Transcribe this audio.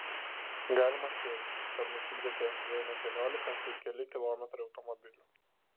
galima spėti kad nusidriekė jei ne keliolika tai keli kilometrai automobilių